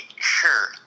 sure